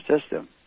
system